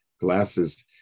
glasses